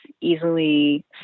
easily